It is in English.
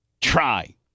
Try